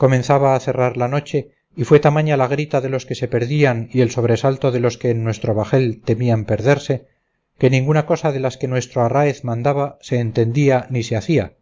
comenzaba a cerrar la noche y fue tamaña la grita de los que se perdían y el sobresalto de los que en nuestro bajel temían perderse que ninguna cosa de las que nuestro arráez mandaba se entendía ni se hacía